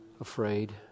afraid